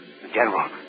General